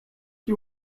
you